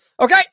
Okay